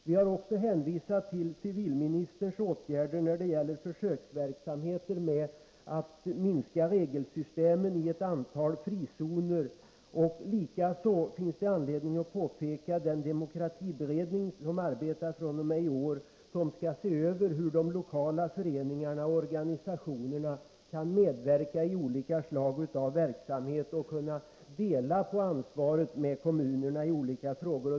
Vi har även hänvisat till civilministerns åtgärder när det gäller försöksverksamheter med att minska regelsystemen i ett antal frizoner. Likaså finns det anledning att påpeka den demokratiberedning som arbetar fr.o.m. i år och som skall se över hur de lokala föreningarna och organisationerna kan medverka i olika slag av verksamheter och dela på ansvaret med kommunerna i olika frågor.